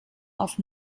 auf